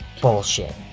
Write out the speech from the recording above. Bullshit